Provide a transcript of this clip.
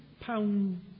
pound